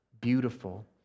beautiful